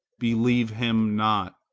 believe him not.